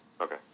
Okay